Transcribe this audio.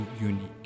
unique